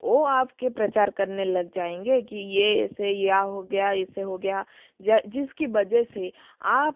ओ आपके प्रचार करने लग जाएंगे कि ये ऐसे या हो गया ऐसे हो गया जिसकी वजह से आप